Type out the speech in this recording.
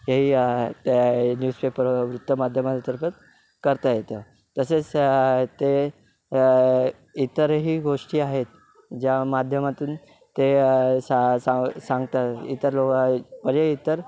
हेही त्या न्यूजपेपर वृत्तमाध्यमांतर्गत करता येतं तसेच ते इतरही गोष्टी आहेत ज्या माध्यमातून ते सांगतात इतर लोक म्हणजे इतर